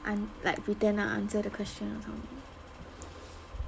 I'm like pretend ah answer the question or something